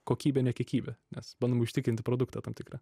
kokybę ne kiekybę nes bandom užtikrinti produktą tam tikrą